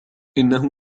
إنه